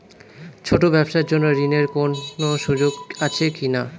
ছোট ব্যবসার জন্য ঋণ এর কোন সুযোগ আছে কি না?